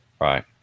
Right